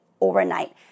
overnight